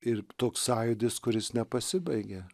ir toks sąjūdis kuris nepasibaigė